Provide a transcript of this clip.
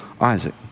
Isaac